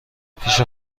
پیش